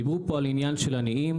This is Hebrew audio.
דיברו פה על העניין של עניים.